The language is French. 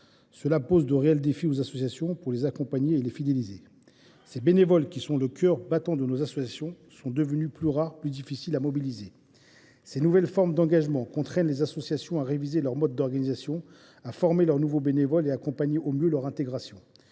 qui pose de réels problèmes aux associations pour les accompagner et les fidéliser. Les bénévoles, qui sont le cœur battant de nos associations, sont devenus plus rares et plus difficiles à mobiliser. Ces nouvelles formes d’engagement contraignent les associations à réviser leur mode d’organisation, à former ces nouveaux bénévoles et à faciliter au mieux leur intégration.